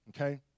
Okay